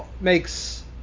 makes